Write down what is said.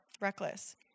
reckless